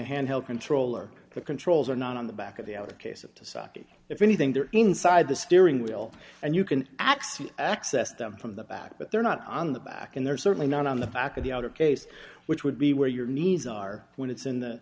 a handheld controller the controls are not on the back of the outer case of to socket if anything they're inside the steering wheel and you can actually access them from the back but they're not on the back and they're certainly not on the back of the outer case which would be where your knees are when it's in the